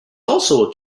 also